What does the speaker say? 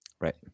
Right